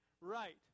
right